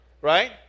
right